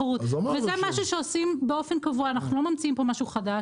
וזה משהו שעושים באופן קבוע אנחנו לא ממציאים פה משהו חדש,